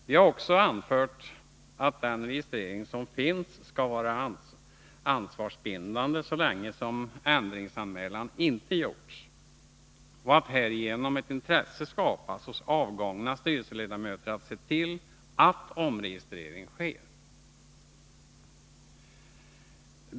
Vi har också anfört att den registrering som finns skall vara ansvarsbindande så länge som ändringsanmälan inte gjorts. Härigenom skapas ett intresse hos avgångna styrelseledamöter att se till att omregistrering sker.